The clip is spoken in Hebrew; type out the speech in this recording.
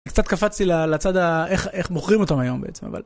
קצת קפצתי לצד האיך איך מוכרים אותם היום בעצם אבל.